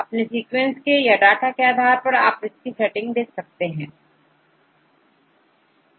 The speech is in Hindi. अपने सीक्वेंसेस के या डाटा के आधार पर आप अपनी सेटिंग देखेंगे